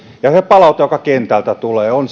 ja se palaute joka kentältä tulee on